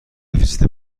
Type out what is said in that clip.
ویزیت